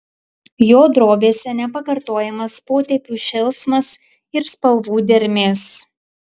jo drobėse nepakartojamas potėpių šėlsmas ir spalvų dermės